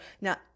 Now